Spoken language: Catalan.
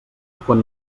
quan